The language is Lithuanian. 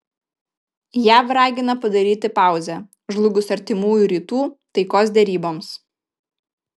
jav ragina padaryti pauzę žlugus artimųjų rytų taikos deryboms